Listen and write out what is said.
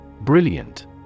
Brilliant